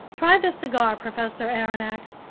try this cigar, professor aronnax,